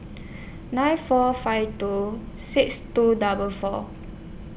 nine four five two six two double four